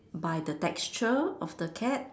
by the texture of the cat